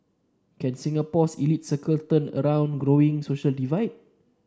can Singapore's elite circle turn around growing social divide